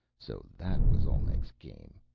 so that was olmec's game,